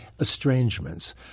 estrangements